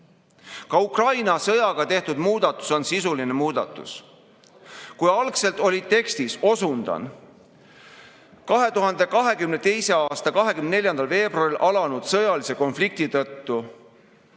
Ka Ukraina sõjaga seoses tehtud muudatus on sisuline muudatus. Algselt oli tekstis kirjas "2022. aasta 24. veebruaril alanud sõjalise konflikti tõttu".